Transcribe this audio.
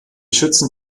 schützen